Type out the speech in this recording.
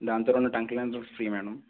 దాంతో రెండు టంగ్ క్లీనర్లు ఫ్రీ మ్యాడమ్